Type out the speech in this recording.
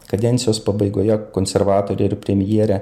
kadencijos pabaigoje konservatoriai ir premjerė